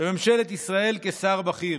בממשלת ישראל כשר בכיר.